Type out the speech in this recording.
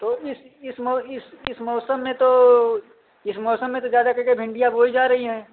तो इस इस इस मौसम में तो इस मौसम में तो ज़्यादा कर के भिंडियाँ बोई जा रही हैं